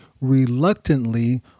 reluctantly